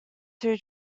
two